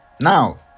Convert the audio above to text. Now